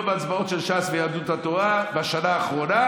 בהצבעות של ש"ס ויהדות התורה בשנה האחרונה,